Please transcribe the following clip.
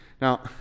Now